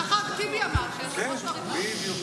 ככה טיבי אמר, שהיושב-ראש הוא הריבון.